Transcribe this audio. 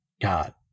God